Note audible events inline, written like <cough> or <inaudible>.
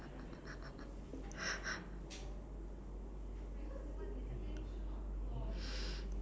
<laughs>